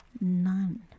none